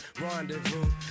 rendezvous